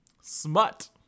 smut